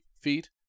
feet